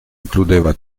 includeva